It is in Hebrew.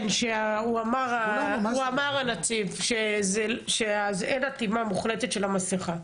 כן, אמר הנציב, שאין אטימה מוחלטת של המסכה.